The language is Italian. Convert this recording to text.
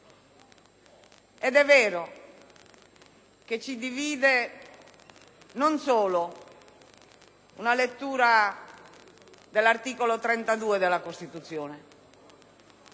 ed è vero che ci divide non solo una lettura dell'articolo 32 della Costituzione, ma -